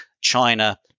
China